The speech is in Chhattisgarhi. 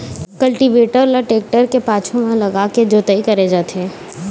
कल्टीवेटर ल टेक्टर के पाछू म लगाके जोतई करे जाथे